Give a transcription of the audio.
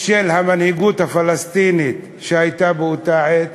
של המנהיגות הפלסטינית שהייתה באותה עת.